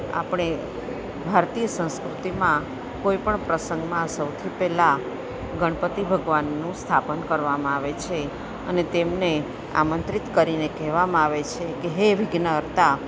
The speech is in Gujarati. આપણે ભારતીય સંસ્કૃતિમાં કોઈપણ પ્રસંગમાં સૌથી પહેલાં ગણપતિ ભગવાનનું સ્થાપન કરવામાં આવે છે અને તેમને આમંત્રિત કરીને કેહવામાં આવે છે કે હે વિઘ્નહર્તા